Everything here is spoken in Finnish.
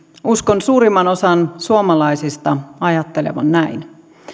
uskon suurimman osan suomalaisista ajattelevan näin